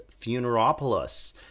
funeropolis